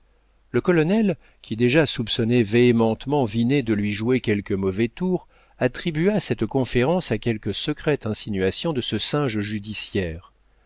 le colonel qui déjà soupçonnait véhémentement vinet de lui jouer quelque mauvais tour attribua cette conférence à quelque secrète insinuation de ce singe judiciaire